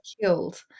killed